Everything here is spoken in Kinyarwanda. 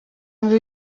mbi